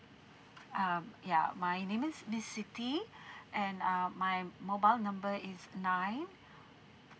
um ya my name is miss siti and uh my mobile number is nine